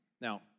Now